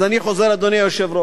אז אני חוזר, אדוני היושב-ראש,